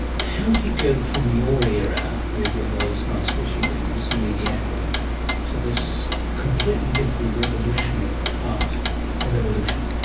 how do you go from your era with all those nice squishy things and the ediacara, to this completely different revolutionary part of evolution?